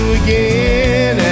again